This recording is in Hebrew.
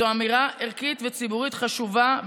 זאת אמירה ערכית וציבורית חשובה,